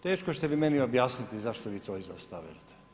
Teško ćete vi meni objasniti zašto vi to izostavljate.